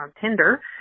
Tinder